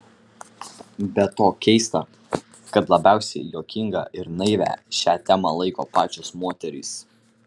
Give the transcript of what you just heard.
be to keista kad labiausiai juokinga ir naivia šią temą laiko pačios moterys